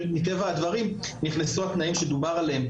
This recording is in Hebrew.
מטבע הדברים נכנסו התנאים שדובר עליהם,